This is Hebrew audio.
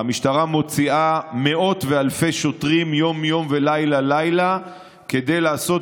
המשטרה מוציאה מאות ואלפי שוטרים יום-יום ולילה-לילה כדי לעשות